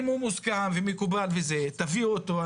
אם הוא מוסכם ומקובל תביאו אותו,